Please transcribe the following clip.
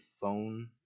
phone